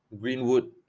Greenwood